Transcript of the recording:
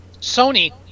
Sony